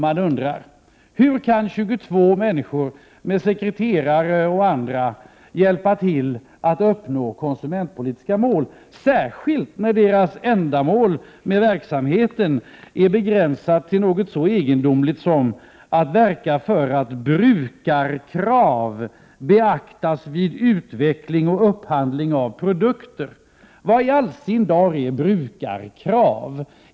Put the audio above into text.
Man undrar: Hur kan 22 människor med sekreterare och andra medarbetare bidra till att konsumentpolitiska mål uppnås, särskilt när ändamålet med deras verksamhet är begränsat till något så egendomligt som att verka för att brukarkrav beaktas vid utveckling och upphandling av produkter. Vad i all sin dagar är brukarkrav?